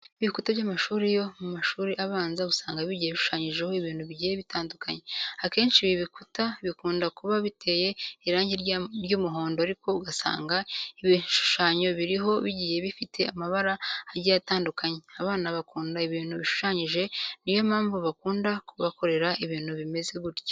Ibikuta by'amashuri yo mu mashuri abanza usanga bigiye bishushanyijeho ibintu bigiye bitandukanye. Akenshi ibi bukuta bikunda kuba biteye irangi ry'aumuhondo ariko ugasanga ibinshushanyo biriho bigiye bifite amabara agiye atandukanye. Abana bakunda ibintu bishushanyije ni yo mpamvu bakunda kubakorera ibintu bimeze gutya.